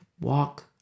Walk